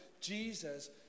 Jesus